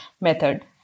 method